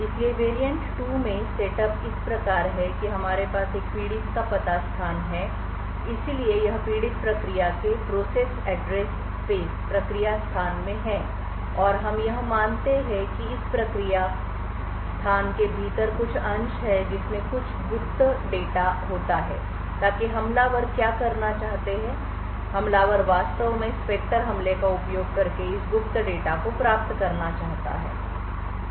इसलिए वेरिएंट 2 में सेटअप इस प्रकार है कि हमारे पास एक पीड़ित का पता स्थान है इसलिए यह पीड़ित प्रक्रिया के process address space प्रक्रिया स्थान प्रोसेस एड्रेस स्पेस में है और हम यह मानते हैं कि इस प्रक्रिया स्थान के भीतर कुछ अंश हैं जिसमें कुछ गुप्त डेटा होता है ताकि हमलावर क्या करना चाहते हैं हमलावर वास्तव में स्पेक्टर हमले का उपयोग करके इस गुप्त डेटा को प्राप्त करना चाहता है